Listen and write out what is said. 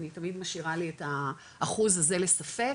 אני תמיד משאירה לי את האחוז הזה לספק,